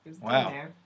Wow